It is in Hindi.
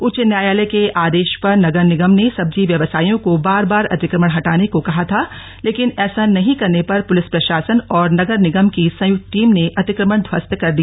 उच्च न्यायालय के आदेश पर नगर निगम ने सब्जी व्यवसायियों को बार बार अतिक्रमण हटाने को कहा था लेकिन ऐसा नहीं करने पर पुलिस प्रशासन और नगर निगम की सयुक्त टीम ने अतिक्रमण ध्वस्त कर दिया